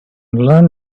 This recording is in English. learn